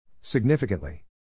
Significantly